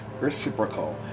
reciprocal